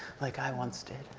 like i once did.